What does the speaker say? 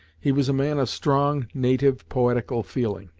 he was a man of strong, native, poetical feeling.